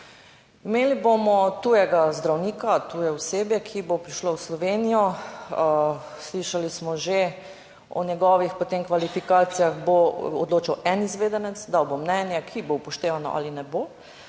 Imeli bomo tujega zdravnika, tuje osebje, ki bo prišlo v Slovenijo. Slišali smo že o njegovih potem kvalifikacijah bo odločal en izvedenec, dal bo mnenje, ki bo upoštevano ali ne bo.